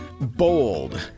bold